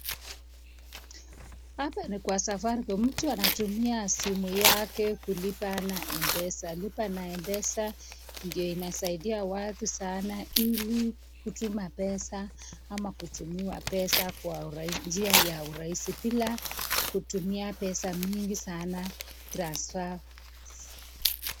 Hapa ni kwa Safaricom mtu anatumia simu yake kulipa na M-pesa ,lipa na M-pesa ndio inasaidia watu sana ili kutuma pesa ama kutumiwa pesa kwa njia ya urahisi bila kutumia pesa mingi sana, transaction .